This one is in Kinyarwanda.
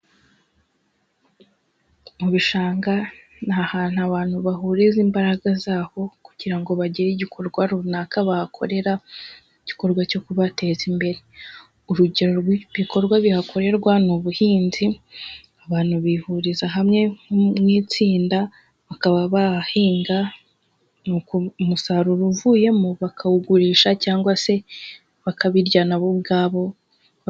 Mu bishanga na hantu abantu bahuriza imbaraga zaho kugira ngo bagire igikorwa runaka bahakorera igikorwa cyo kubateza imbere, urugero rw'ibikorwa bihakorerwa ni ubuhinzi abantu bihuriza hamwe mu' itsinda bakaba bahinga ni uko umusaruro uvuyemo bakawugurisha cyangwa se bakabirya na bo ubwabo.